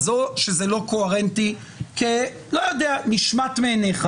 אז או שזה לא קוהרנטי כי נשמט מעיניך